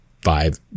five